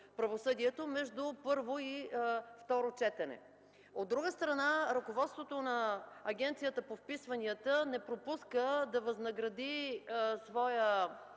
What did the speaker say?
правосъдието между първо и второ четене. От друга страна, ръководството на Агенцията по вписванията не пропуска да възнагради своя